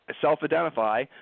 self-identify